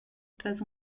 tras